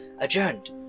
adjourned